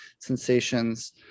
sensations